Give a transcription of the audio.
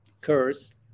curse